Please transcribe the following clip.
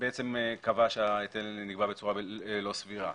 ולפיכך ההיטל שנגבה נגבה בצורה לא סבירה.